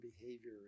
behavior